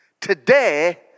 Today